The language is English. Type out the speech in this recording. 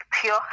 pure